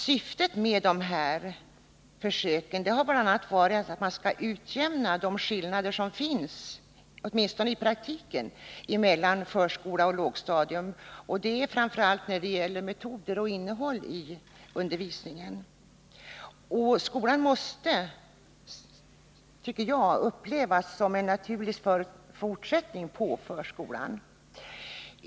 Syftet med försöken har bl.a. varit att utjämna de skillnader som finns, åtminstone i praktiken, mellan förskola och lågstadium, framför allt när det gäller metoder och innehåll i undervisningen. Skolan måste, tycker jag, upplevas som en naturlig fortsättning på förskolan.